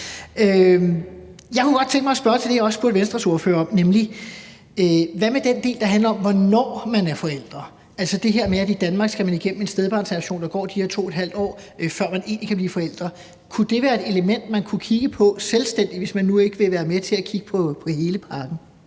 Jeg kunne godt tænke mig at spørge til det, jeg også spurgte Venstres ordfører om, nemlig: Hvad med den del, der handler om, hvornår man er forældre, altså det her med, at man i Danmark skal igennem en stedbarnsadoption, hvor der går de her 2½ år, før man egentlig kan blive forældre? Kunne det være et element, vi kunne kigge på selvstændigt, hvis man nu ikke vil være med til at kigge på hele pakken?